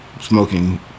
smoking